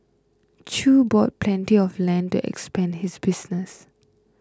chew bought plenty of land to expand his business